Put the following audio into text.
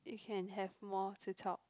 you can have more to talk